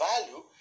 value